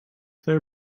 their